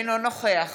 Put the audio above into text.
אינו נוכח